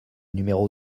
numéro